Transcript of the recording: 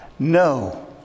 No